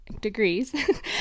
degrees